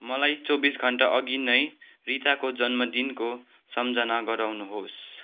मलाई चौबिस घन्टा अघि नै रिताको जन्मदिनको सम्झना गराउनुहोस्